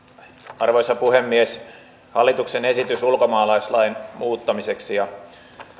arvoisa puhemies hallituksen esitys ulkomaalaislain muuttamiseksi ja